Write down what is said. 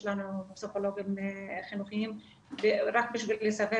יש לנו פסיכולוגים חינוכיים ורק בשביל לסבר